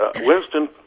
Winston